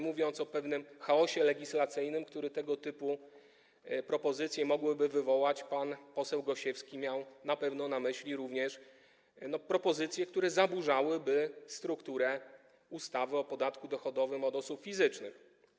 Mówiąc o pewnym chaosie legislacyjnym, który tego typu propozycje mogłyby wywołać, pan poseł Gosiewski miał na pewno na myśli również propozycje, które zaburzałyby strukturę ustawy o podatku dochodowym od osób fizycznych.